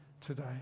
today